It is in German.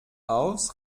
aus